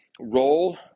role